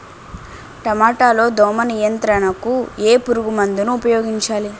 టమాటా లో దోమ నియంత్రణకు ఏ పురుగుమందును ఉపయోగించాలి?